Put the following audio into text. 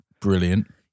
Brilliant